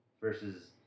versus